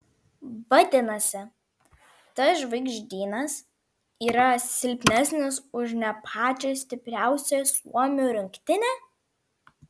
vadinasi tas žvaigždynas yra silpnesnis už ne pačią stipriausią suomių rinktinę